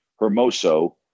Hermoso